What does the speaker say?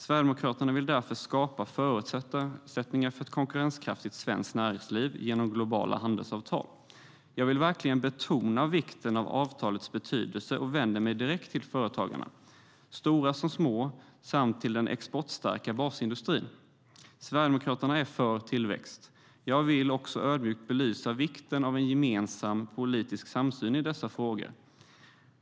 Sverigedemokraterna vill därför skapa förutsättningar för ett konkurrenskraftigt svenskt näringsliv genom globala handelsavtal. Jag vill verkligen betona vikten av avtalens betydelse och vänder mig direkt till företagarna, stora som små, samt till den exportstarka basindustrin. Sverigedemokraterna är för tillväxt. Jag vill också ödmjukt belysa vikten av en gemensam politisk samsyn i dessa frågor.